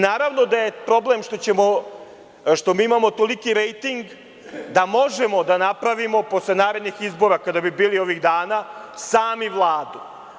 Naravno, problem je što imamo toliki rejting da možemo da napravimo posle narednih izbora, ako bi bili ovih dana, sami Vladu.